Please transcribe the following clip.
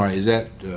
um is that